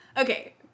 Okay